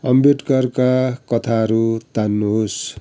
अम्बेडकरका कथाहरू तान्नुहोस्